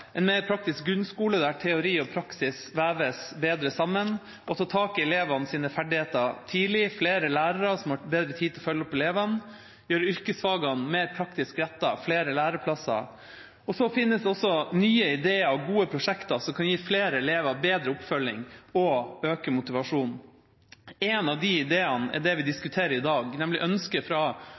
en mer praktisk grunnskole der teori og praksis veves bedre sammen og tar tak i elevenes ferdigheter tidlig, flere lærere som har bedre tid til å følge opp elevene, gjøre yrkesfagene mer praktisk rettet og flere læreplasser. Det finnes også nye ideer og gode prosjekter som kan gi flere elever bedre oppfølging og øke motivasjonen. En av de ideene er det vi diskuterer i dag, nemlig ønsket fra